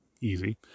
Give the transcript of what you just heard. Easy